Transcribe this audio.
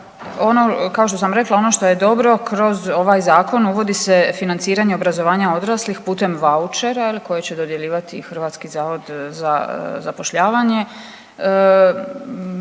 kao što sam rekla, ono što je dobro kroz ovaj zakon uvodi se financiranje obrazovanja odraslih putem vaučera je li koji će dodjeljivati i HZZ. Bit će